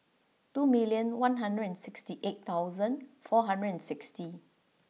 two million one hundred and sixty eight thousand four hundred and sixty